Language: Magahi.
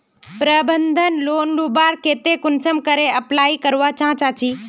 प्रबंधन लोन लुबार केते कुंसम करे अप्लाई करवा चाँ चची?